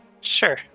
Sure